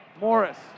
Morris